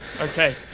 Okay